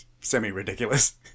semi-ridiculous